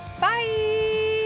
bye